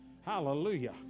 Hallelujah